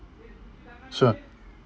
sure